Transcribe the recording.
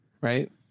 right